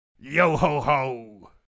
Yo-ho-ho